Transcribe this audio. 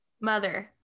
mother